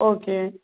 okay